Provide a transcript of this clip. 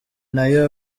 n’ayo